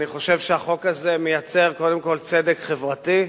אני חושב שהחוק הזה מייצר קודם כול צדק חברתי,